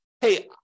hey